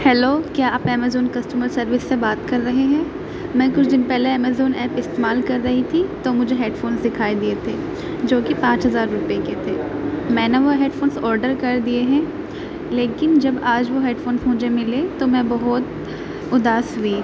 hello کیا آپ Amazon customer service سے بات کر رہے ہیں میں کچھ دن پہلے امیزون ایپ استعمال کر رہی تھی تو مجھے ہیڈ فون سکھائی دیے تھے جو کہ پانچ ہزار روپئے کے تھے میں نے وہ ہیڈ فونس آڈر کر دیے ہیں لیکن جب آج وہ ہیڈ فونس مجھے ملے تو میں بہت اداس ہوئی